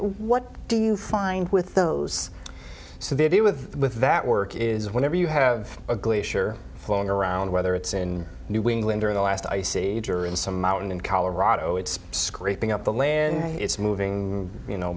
what do you find with those so they do with that work is that whenever you have a glacier flowing around whether it's in new england or the last ice age or in some mountain in colorado it's scraping up the land it's moving you know